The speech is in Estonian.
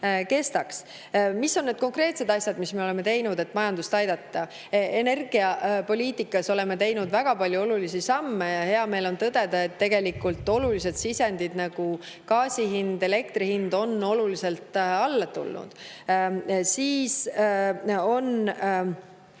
kestaks. Mis on need konkreetsed asjad, mida me oleme teinud, et majandust aidata? Energiapoliitikas oleme teinud väga palju olulisi samme. Hea meel on tõdeda, et tegelikult on tähtsate sisendite, nagu gaasi ja elektri hind oluliselt alla tulnud. Siis on